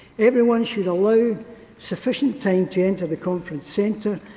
everyone should allow sufficient time to enter the conference centre,